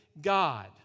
god